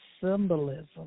symbolism